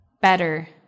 better